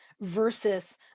versus